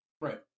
right